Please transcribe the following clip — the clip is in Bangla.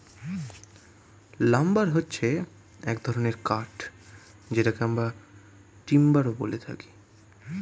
লাম্বার হচ্ছে এক ধরনের কাঠ যেটাকে আমরা টিম্বারও বলে থাকি